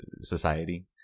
society